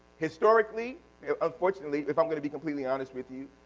historically unfortunately if i'm going to be completely honest with you,